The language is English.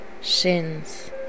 shins